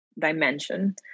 dimension